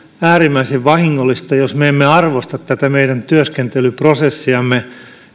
äärimmäisen vahingollista jos me emme arvosta tätä meidän työskentelyprosessiamme